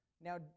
Now